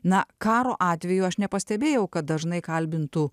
na karo atveju aš nepastebėjau kad dažnai kalbintų